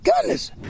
goodness